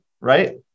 right